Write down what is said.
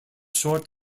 short